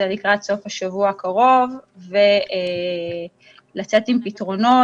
לקראת סוף השבוע הקרוב ולצאת עם פתרונות.